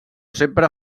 sempre